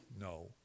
no